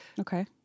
okay